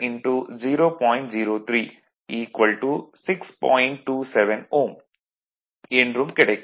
27 Ω என்றும் கிடைக்கும்